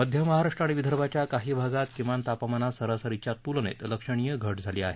मध्य महाराष्ट्र आणि विदर्भाच्या काही भागात किमान तापमानात सरासरीच्या तुलनेत लक्षणीय घट झाली आहे